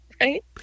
Right